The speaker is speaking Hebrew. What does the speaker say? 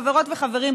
חברות וחברים,